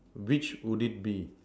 which would it be